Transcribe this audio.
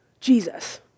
Jesus